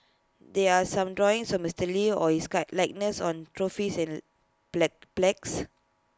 there are some drawings of Mister lee or his guy likeness on trophies and plague plagues